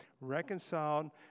Reconciled